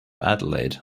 adelaide